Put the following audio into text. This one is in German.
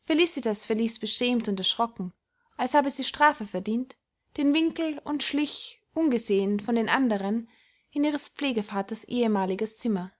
felicitas verließ beschämt und erschrocken als habe sie strafe verdient den winkel und schlich ungesehen von den anderen in ihres pflegevaters ehemaliges zimmer